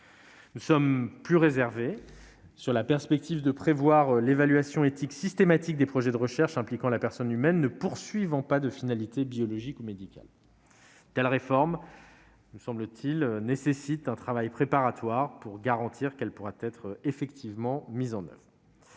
Nous sommes plus réservés sur la perspective de prévoir l'évaluation éthique systématique des projets de recherche impliquant la personne humaine ne poursuivant pas de finalité biologique ou médicale. Une telle réforme nécessite un travail préparatoire pour être mise en oeuvre.